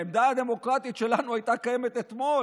העמדה הדמוקרטית שלנו הייתה קיימת אתמול,